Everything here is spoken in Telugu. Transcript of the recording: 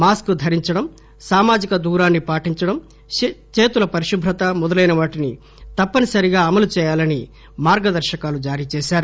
మాస్క్ ధరించడం సామాజిక దూరాన్ని పాటించడం చేతుల పరిశుభ్రత మొదలైనవాటిని తప్పనిసరిగా అమలు చేయాలని మార్గదర్శకాలు జారీ చేశారు